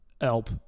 help